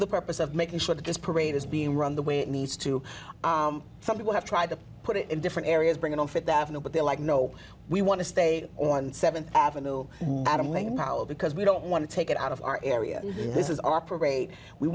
the purpose of making sure that this parade is being run the way it needs to some people have tried to put it in different areas bring it on th avenue but they're like no we want to stay on th avenue because we don't want to take it out of our area this is our parade we